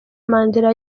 mandela